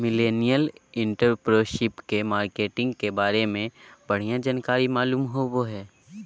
millennial entrepreneurship के marketing के बारे में बढ़िया जानकारी मालूम होबो हय